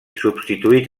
substituït